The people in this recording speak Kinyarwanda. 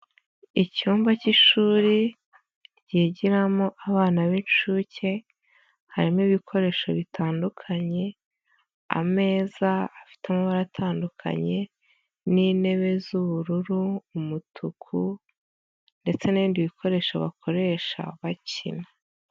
Icyumba k'ishuri ryigiramo abana b'incuke, harimo ibikoresho bitandukanye ameza afite amabara atandukanye, n'intebe z'ubururu, umutuku, ndetse n'ibindi bikoresho bakoresha bakina.